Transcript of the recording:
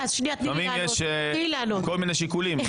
לפעמים יש כל מיני שיקולים.